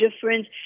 difference